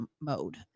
mode